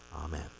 Amen